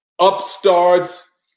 upstarts